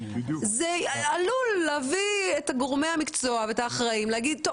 זה עלול להביא את גורמי המקצוע ואתה אחראים לומר שהוא